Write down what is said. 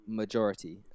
majority